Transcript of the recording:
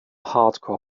hardcore